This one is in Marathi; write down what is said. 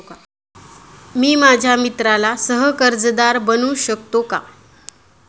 मी माझ्या मित्राला सह कर्जदार बनवू शकतो का?